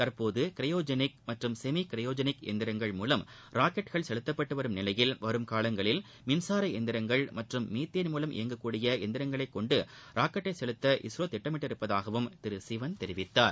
தற்போது கிரையோஜெனிக் மற்றும் semi cryogenic இயந்திரங்கள் மூலம் ராக்கெட்கள் செலுத்தப்பட்டு வரும் நிலையில் வரும் காலங்களில் மின்சார இயந்திரங்கள் மற்றும் மீதேள் மூலம் இயங்கக்கூடிய இயந்திரங்களை கொண்டு ராக்கெட்டை செலுத்த இஸ்ரோ திட்டமிட்டுள்ளதாகவும் திரு சிவன் தெரிவித்தார்